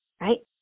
right